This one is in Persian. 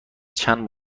چند